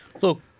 Look